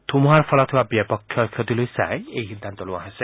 ধুমুহাৰ ফলত হোৱা ব্যাপক ক্ষয় ক্ষতিলৈ চাই এই সিদ্ধান্ত লোবা হৈছে